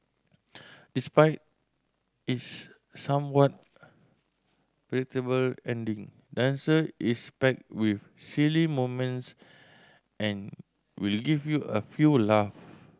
despite its somewhat predictable ending dancer is packed with silly moments and will give you a few laugh